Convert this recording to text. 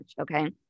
Okay